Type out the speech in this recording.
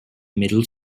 middle